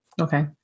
Okay